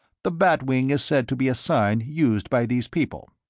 the bat wing is said to be a sign used by these people.